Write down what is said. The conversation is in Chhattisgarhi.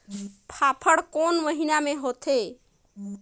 फाफण कोन महीना म होथे?